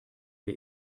der